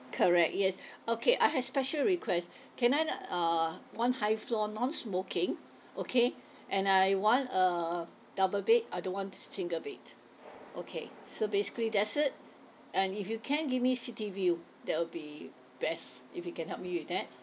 correct yes okay I have special request can I uh want high floor non smoking okay and I want a double bed I don't want single bed okay so basically that's it and if you can give me city view that will be best if you can help me with that